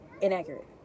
inaccurate